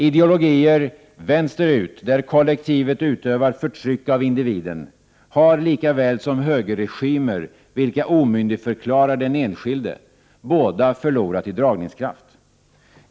Ideologier vänsterut, där kollektivet utövar förtryck av individen, har lika väl som högerregimer vilka omyndigförklarar den enskilde båda förlorat i dragningskraft.